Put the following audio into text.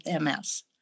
MS